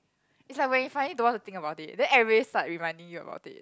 is like when you finally don't want to think about it then everyone start reminding you about it